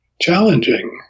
challenging